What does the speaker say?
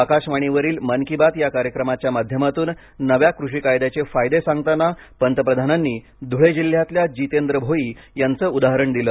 आकाशवाणीवरील मन की बात या कार्यक्रमाच्या माध्यमातून नव्या कृषी कायद्याचे फायदे सांगताना पंतप्रधानांनी धुळे जिल्ह्यातल्या जितेंद्र भोई यांचं उदाहरण दिलं